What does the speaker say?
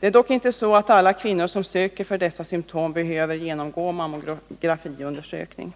Det är dock inte så att alla kvinnor som söker för dessa symptom behöver genomgå mammografiundersökning.